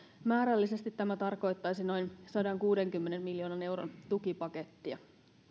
määrällisesti tämä tarkoittaisi noin sadankuudenkymmenen miljoonan euron tukipakettia